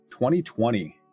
2020